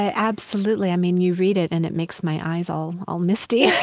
ah absolutely. i mean, you read it and it makes my eyes all all misty.